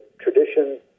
tradition